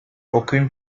aucune